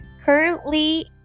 Currently